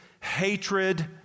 hatred